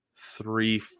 Three